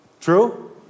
true